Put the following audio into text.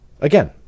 Again